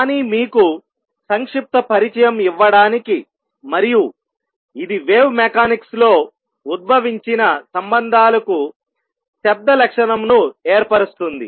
కానీ మీకు సంక్షిప్త పరిచయం ఇవ్వడానికి మరియు ఇది వేవ్ మెకానిక్స్ లో ఉద్భవించిన సంబంధాలకు శబ్ద లక్షణము ను ఏర్పరుస్తుంది